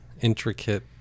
intricate